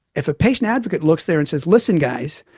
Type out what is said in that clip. if a patient advocate looks there and says, listen guys,